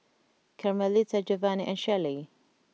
Carmelita Jovani and Shelley